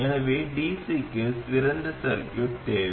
எனவே dc க்கு திறந்த சர்கியூட் தேவை